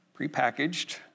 prepackaged